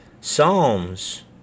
psalms